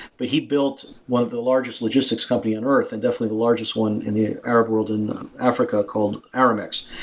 but he built one of the largest logistics company on earth and definitely the largest one in the arab world and africa called aramex,